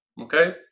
okay